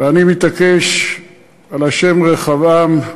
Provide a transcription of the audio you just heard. ואני מתעקש על השם רחבעם,